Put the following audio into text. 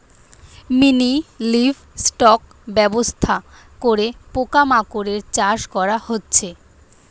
mini livestock ব্যবস্থা করে পোকা মাকড়ের চাষ করা হচ্ছে